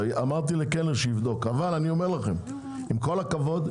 אמרתי לקלנר שיבדוק אבל עם כל הכבוד,